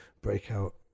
breakout